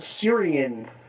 Syrian